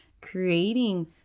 creating